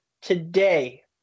today